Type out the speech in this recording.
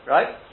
Right